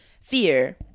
fear